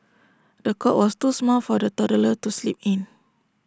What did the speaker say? the cot was too small for the toddler to sleep in